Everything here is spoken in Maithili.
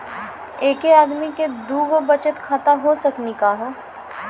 एके आदमी के दू गो बचत खाता हो सकनी का हो?